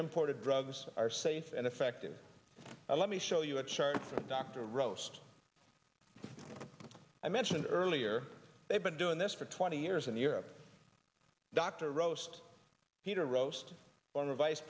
imported drugs are safe and effective and let me show you a chart dr roast i mentioned earlier they've been doing this for twenty years in europe dr roast peter roast one vice